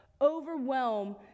overwhelm